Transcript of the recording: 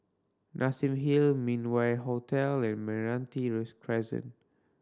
Massim Hill Min Wah Hotel and Meranti Crescent